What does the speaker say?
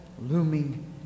looming